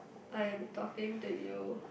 I'm talking to you